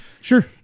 Sure